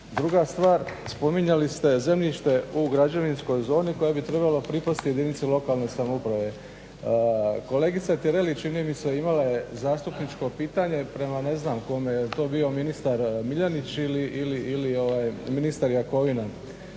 Druga stvar spominjali ste zemljište u građevinskoj zoni koja bi trebala pripasti jedinici lokalne samouprave. Kolegica Tireli čini mi se imala je zastupničko pitanje prema ne znam kome, jel' to bio ministar Miljenić ili ministar Jakovina